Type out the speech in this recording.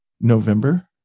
November